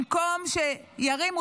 במקום שירימו,